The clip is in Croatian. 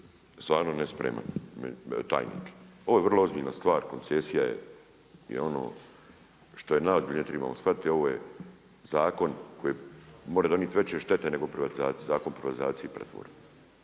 stvarno nespreman tajnik. Ovo je vrlo ozbiljna stvar koncesija je ono što najozbiljnije trebalo shvatiti a ovo je zakon koji može donijeti veće štete nego privatizacija, Zakon